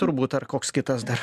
turbūt ar koks kitas dar